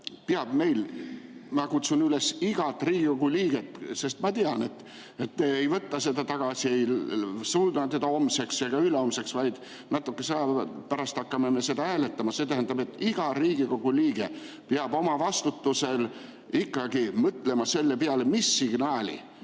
vastutus. Ma kutsun üles igat Riigikogu liiget, sest ma tean, et te ei võta seda tagasi, ei suuna seda homseks ega ülehomseks, vaid natukese aja pärast me hakkame seda hääletama, see tähendab, et iga Riigikogu liige peab oma vastutusel ikkagi mõtlema selle peale, mis signaali